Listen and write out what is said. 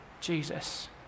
Jesus